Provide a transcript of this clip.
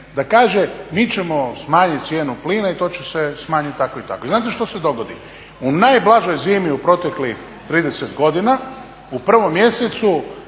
da kaže mi ćemo smanjit cijenu plina i to će se smanjit tako i tako. I znate što se dogodi? U najblažoj zimi u proteklih 30 godina, u 1. mjesecu